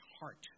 heart